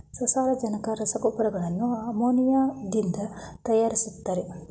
ಸಾರಜನಕ ರಸಗೊಬ್ಬರಗಳನ್ನು ಅಮೋನಿಯಾದಿಂದ ತರಯಾರಿಸ್ತರೆ